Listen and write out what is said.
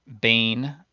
Bane